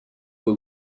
who